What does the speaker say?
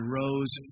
rose